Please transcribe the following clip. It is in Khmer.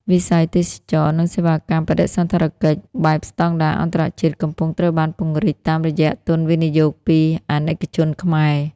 .វិស័យទេសចរណ៍ និងសេវាកម្មបដិសណ្ឋារកិច្ច បែបស្ដង់ដារអន្តរជាតិ កំពុងត្រូវបានពង្រីកតាមរយៈទុនវិនិយោគពី អាណិកជនខ្មែរ ។